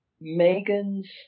Megan's